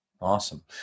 Awesome